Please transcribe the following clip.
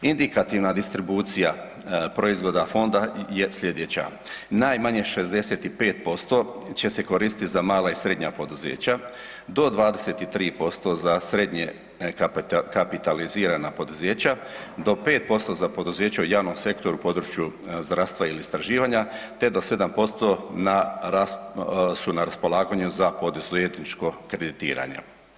Indikativna distribucija proizvoda fonda je slijedeća: najmanje 65% će se koristiti za mala i srednja poduzeća, do 23% za srednje kapitalizirana poduzeća, do 5% za poduzeća u javnom sektoru području zdravstva ili istraživanja te do 7% na, su na raspolaganju za poduzetničko kreditiranje.